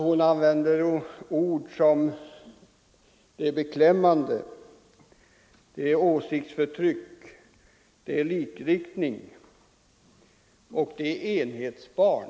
Hon använder ord som beklämmande, åsiktsförtryck, likriktning och enhetsbarn.